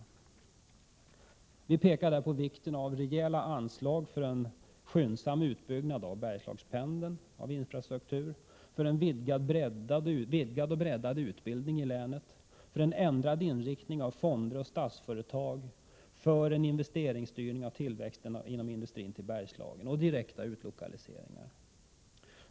I reservationen pekar vi på vikten av rejäla anslag för en skyndsam utbyggnad av Bergslagspendeln och annan infrastruktur, för en vidgad och bred utbildning i länet, för en ändrad inriktning av fonder och statsföretag, för en investeringsstyrning av tillväxten inom industrin till Bergslagen och direkta utlokaliseringar.